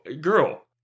girl